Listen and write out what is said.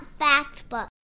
factbook